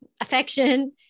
affection